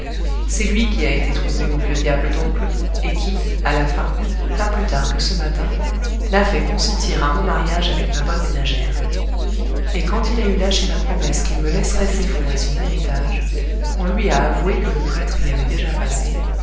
c'est lui qui a été trouver mon vieux diable d'oncle et qui à la fin pas plus tard que ce matin l'a fait consentir à mon mariage avec ma bonne ménagère et quand il a eu lâché la promesse qu'il me laisserait ses fonds et son héritage on lui a avoué que le prêtre y avait déjà passé